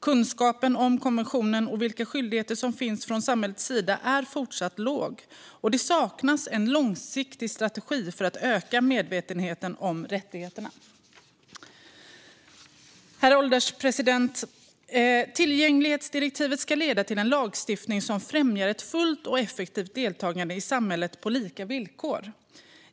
Kunskapen om konventionen och vilka skyldigheter som finns från samhällets sida är fortsatt låg, och det saknas en långsiktig strategi för att öka medvetenheten om rättigheterna. Herr ålderspresident! Tillgänglighetsdirektivet ska leda till en lagstiftning som främjar ett fullt och effektivt deltagande i samhället på lika villkor.